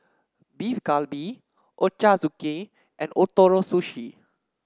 Beef Galbi Ochazuke and Ootoro Sushi